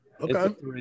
Okay